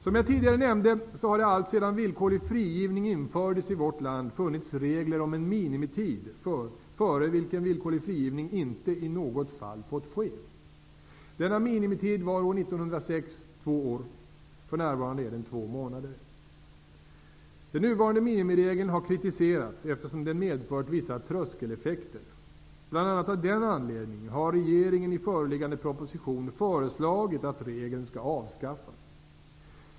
Som jag tidigare nämnde har det alltsedan villkorlig frigivning infördes i vårt land funnits regler om en minimitid, före vilken villkorlig frigivning inte i något fall fått ske. Denna minimitid var år 1906 två år. För närvarande är den två månader. Den nuvarande minimiregeln har kritiserats, eftersom den medfört vissa tröskeleffekter. Av bl.a. den anledningen har regeringen i föreliggande proposition föreslagit att regeln skall avskaffas.